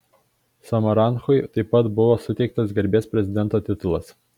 samaranchui taip pat buvo suteiktas garbės prezidento titulas